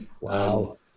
Wow